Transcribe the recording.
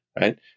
right